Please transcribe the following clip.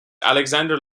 alexander